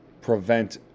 prevent